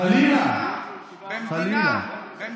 חלילה, חלילה.